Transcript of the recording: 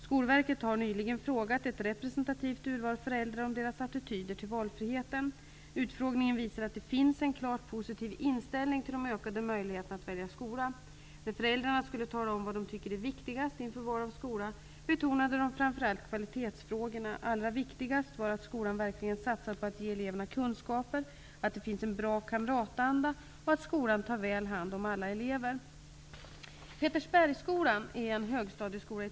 Skolverket har nyligen frågat ett representativt urval föräldrar om deras attityder till valfriheten. Utfrågningen visar att det finns en klart positiv inställning till de ökade möjligheterna att välja skola. När föräldrarna skulle tala om vad de tycker är viktigast inför val av skola, betonade de framför allt kvalitetsfrågorna. Allra viktigast var att skolan verkligen satsar på att ge eleverna kunskaper, att det finns en bra kamratanda och att skolan tar väl hand om alla elever.